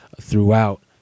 throughout